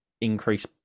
increase